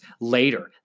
later